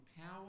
power